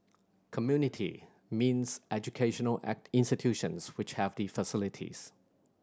community means educational institutions which have the facilities